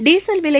diesel விலை